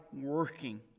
working